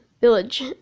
village